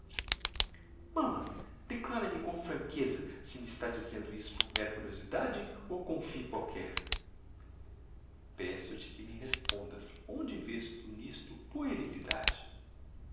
nastassia mamã declare me com franqueza se me está dizendo isso por méra curiosidade ou com um fim qualquer peço-te que me respondas onde vês tu n'isto